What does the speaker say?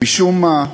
משום מה,